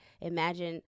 imagine